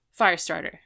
Firestarter